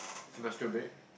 semestrial break